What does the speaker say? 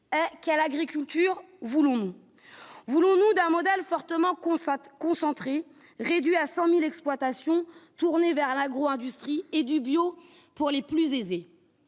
quelle agriculture voulons nous voulons-nous d'un modèle fortement, constate concentré réduit à 100000 exploitations tourné vers l'agro-industrie et du bio pour les plus aisés